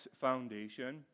foundation